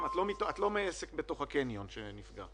את לא עסק בתוך הקניון שנפגע.